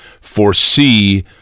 foresee